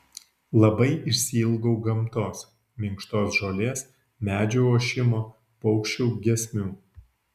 labai išsiilgau gamtos minkštos žolės medžių ošimo paukščių giesmių